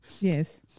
Yes